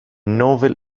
novel